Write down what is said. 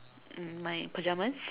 um my pajamas